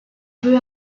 peu